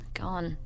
gone